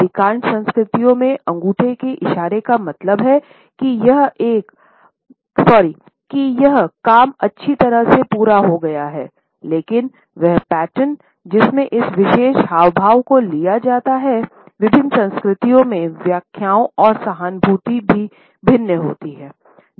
अधिकांश संस्कृतियों में अंगूठे के इशारे का मतलब है कि यह काम अच्छी तरह से पूरा हो गया है हालाँकि वह पैटर्न जिसमें इस विशेष हावभाव को लिया जाता है विभिन्न संस्कृतियों में व्याख्याएं और सहानुभूति भी भिन्न होती हैं